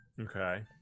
okay